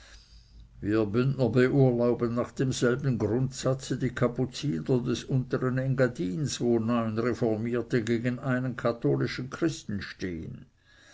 wir bündner beurlauben nach demselben grundsatze die kapuziner des untern engadins wo neun reformierte gegen einen katholischen christen stehn